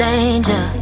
Danger